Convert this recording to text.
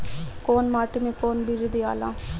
कौन माटी मे कौन बीज दियाला?